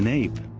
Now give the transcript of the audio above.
and ape,